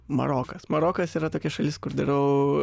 marokas marokas yra tokia šalis kur darau